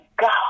God